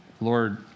Lord